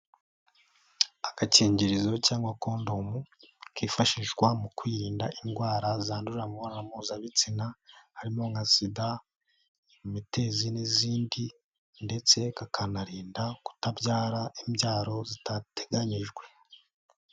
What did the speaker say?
Agakingirizo cyangwa Kondomu, kifashishwa mu kwirinda indwara zandurira mu mibonano mpuzabitsina harimo nka sida, imitezi n'izindi, ndetse kakanarinda kutabyara imbyaro zitateganyijwe.